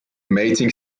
mating